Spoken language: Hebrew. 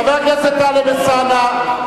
חבר הכנסת טלב אלסאנע,